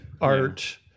art